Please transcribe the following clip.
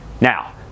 Now